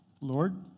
Lord